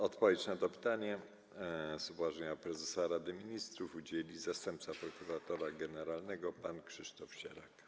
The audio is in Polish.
Odpowiedzi na to pytanie z upoważnienia prezesa Rady Ministrów udzieli zastępca prokuratora generalnego pan Krzysztof Sierak.